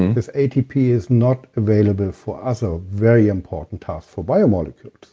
this atp is not available for us, a very important task for bio-molecules.